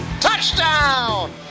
touchdown